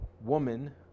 woman